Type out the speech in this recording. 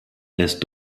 lässt